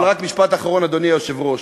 רק משפט אחרון, אדוני היושב-ראש.